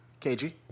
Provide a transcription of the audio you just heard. KG